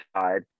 side